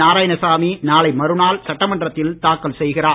நாராயணசாமி நாளை மறுநாள் சட்டமன்றத்தில் தாக்கல் செய்கிறார்